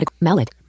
Mallet